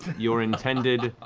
your intended